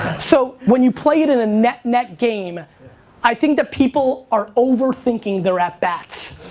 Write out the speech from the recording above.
so when you play it in a net net game i think the people are over thinking their at bats.